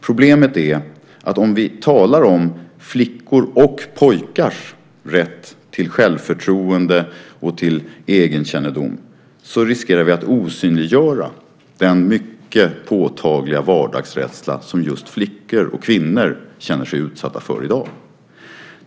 Problemet är att om vi talar om flickors och pojkars rätt till självförtroende och egenkännedom riskerar vi att osynliggöra den mycket påtagliga vardagsrädsla som just flickor och kvinnor känner sig utsatta för i dag.